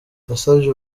yasavye